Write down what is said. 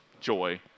joy